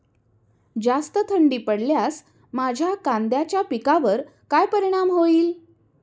जास्त थंडी पडल्यास माझ्या कांद्याच्या पिकावर काय परिणाम होईल?